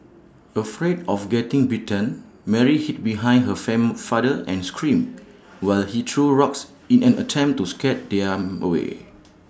afraid of getting bitten Mary hid behind her fan father and screamed while he threw rocks in an attempt to scare them away